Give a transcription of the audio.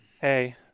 hey